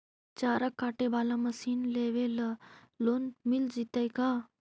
चारा काटे बाला मशीन लेबे ल लोन मिल जितै का?